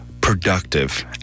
productive